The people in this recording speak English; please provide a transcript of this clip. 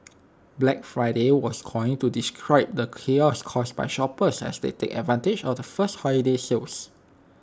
Black Friday was coined to describe the chaos caused by shoppers as they take advantage of the first holiday sales